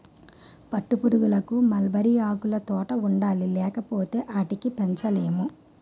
పట్టుపురుగులకు మల్బరీ ఆకులుతోట ఉండాలి లేపోతే ఆటిని పెంచలేము